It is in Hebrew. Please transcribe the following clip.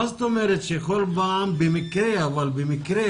מה זאת אומרת שבכל פעם במקרה אבל במקרה